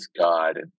god